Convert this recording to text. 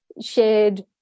shared